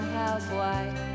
housewife